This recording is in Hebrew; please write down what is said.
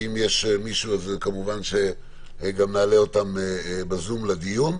ואם יש כאלה אז כמובן גם נעלה אותם בזום לדיון.